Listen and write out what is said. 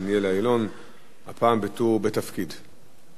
הפעם לא בתפקיד ממלא-מקום.